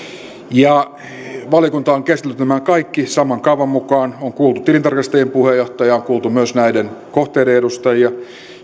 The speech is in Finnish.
valiokunta on käsitellyt nämä kaikki saman kaavan mukaan on kuultu tilintarkastajien puheenjohtajaa on kuultu myös näiden kohteiden edustajia